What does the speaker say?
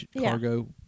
cargo